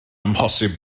amhosib